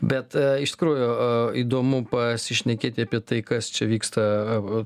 bet iš tikrųjų įdomu pasišnekėti apie tai kas čia vyksta